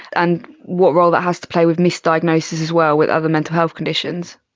and what role that has to play with misdiagnosis as well with other mental health conditions.